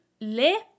le